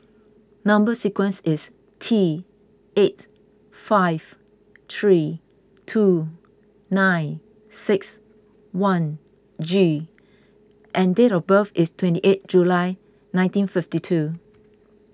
Number Sequence is T eight five three two nine six one G and date of birth is twenty eighth July nineteen fifty two